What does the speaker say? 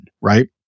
right